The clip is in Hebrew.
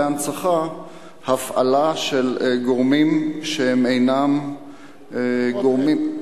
הנצחה הפעלה של גורמים שהם אינם גורמים,